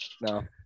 No